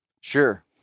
Sure